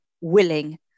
willing